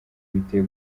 biteye